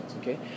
okay